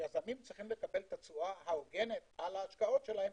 היזמים צריכים לקבל את התשואה ההוגנת על ההשקעות שלהם,